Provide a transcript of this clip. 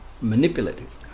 manipulative